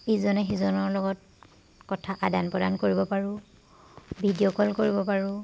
ইজনে সিজনৰ লগত কথা আদান প্ৰদান কৰিব পাৰোঁ ভিডিঅ' ক'ল কৰিব পাৰোঁ